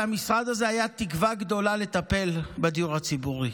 והמשרד הזה היה תקווה גדולה לטפל בדיור הציבורי.